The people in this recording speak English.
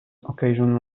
occasional